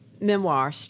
Memoir